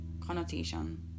connotation